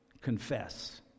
confess